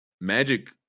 Magic